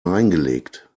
reingelegt